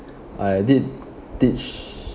I did did sh~